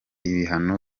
ibihano